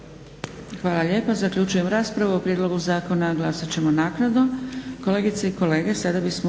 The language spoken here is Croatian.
Hvala lijepo. Zaključujem raspravu. O Prijedlogu zakona glasati ćemo naknadno.